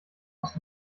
aus